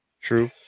True